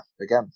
again